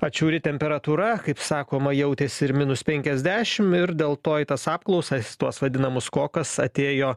atšiauri temperatūra kaip sakoma jautėsi ir minus penkiasdešimt ir dėl to į tas apklausas į tuos vadinamus kokas atėjo